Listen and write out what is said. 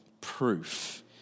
proof